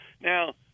Now